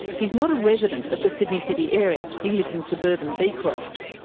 he's not a resident of the sydney city area, he lives in suburban beecroft.